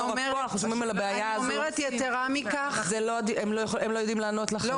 הם לא יודעים לענות לך על זה.